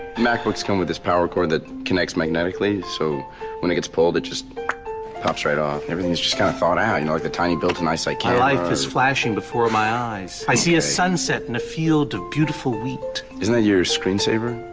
macbooks come with this power cord that connects magnetically so when it gets pulled, it just pops right off, and everything's just kind of thought out. you know, like the tiny built-in eyesight camera. my life is flashing before my eyes. i see a sunset in a field of beautiful wheat isn't that your screen saver?